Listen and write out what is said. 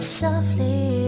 softly